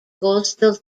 coastal